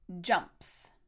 jumps